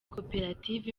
koperative